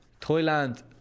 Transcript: Thailand